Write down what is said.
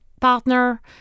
partner